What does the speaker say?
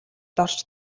дорж